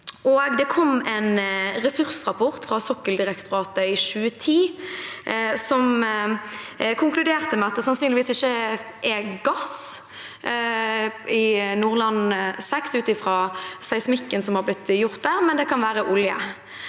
Det kom en ressursrapport fra Sokkeldirektoratet i 2010 som konkluderte med at det sannsynligvis ikke er gass i Nordland VI, ut fra seismikken som er blitt gjort der, men det kan være olje.